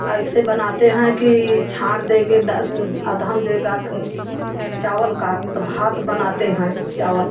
ऐसे बनाते हैं कि छाँड़ देंगे अदहन देगा चावल का तो भात बनाते हैं चावल